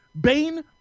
Bane